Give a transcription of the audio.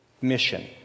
mission